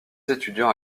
étudiants